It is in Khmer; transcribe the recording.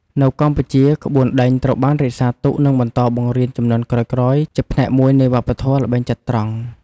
នៅកម្ពុជា ក្បួនដេញត្រូវបានរក្សាទុក និងបន្តបង្រៀនជំនាន់ក្រោយៗ ជាផ្នែកមួយនៃវប្បធម៌ល្បែងចត្រង្គ។